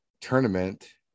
tournament